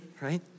right